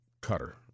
cutter